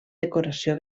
decoració